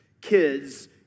kids